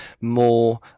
more